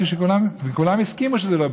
וכולם הסכימו שזה לא בסדר.